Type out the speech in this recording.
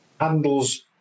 handles